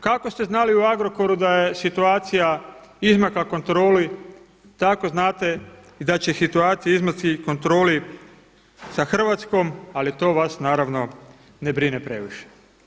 Kako ste znali u Agrokoru da je situacija izmakla kontroli tako znate i da će situacija izmaći kontroli sa Hrvatskom ali to vas naravno ne brine previše.